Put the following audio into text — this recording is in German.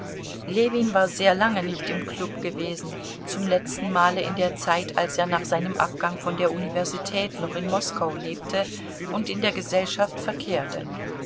ljewin war sehr lange nicht im klub gewesen zum letzten male in der zeit als er nach seinem abgang von der universität noch in moskau lebte und in der gesellschaft verkehrte